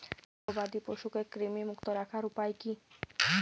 গবাদি পশুকে কৃমিমুক্ত রাখার উপায় কী?